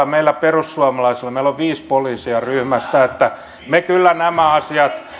meillä perussuomalaisilla on viisi poliisia ryhmässä me kyllä nämä asiat